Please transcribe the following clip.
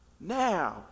Now